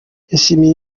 yashimye